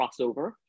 crossover